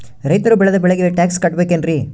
ರೈತರು ಬೆಳೆದ ಬೆಳೆಗೆ ಟ್ಯಾಕ್ಸ್ ಕಟ್ಟಬೇಕೆನ್ರಿ?